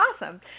Awesome